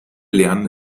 lernen